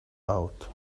out